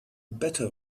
better